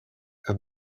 and